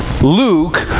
Luke